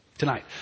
tonight